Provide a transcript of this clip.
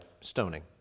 stoning